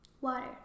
Water